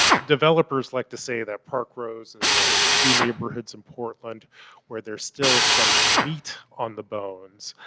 developers like to say that park rose is one of the few neighborhoods in portland where there's still some meat on the bones.